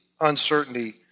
uncertainty